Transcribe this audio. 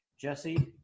Jesse